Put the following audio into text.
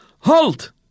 Halt